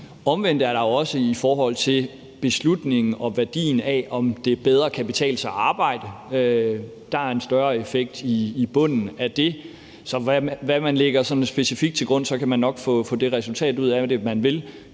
omvendt er det jo også i forhold til beslutningen om og værdien af, om det bedre kan betale sig at arbejde; der er en større effekt i bunden af det. Så afhængigt hvad man sådan lægger specifikt til grund, kan man nok få det resultat ud af det, man vil.